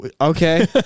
Okay